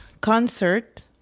concert